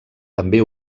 també